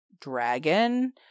dragon